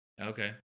Okay